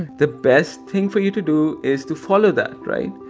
the best thing for you to do is to follow that right?